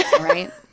Right